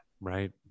Right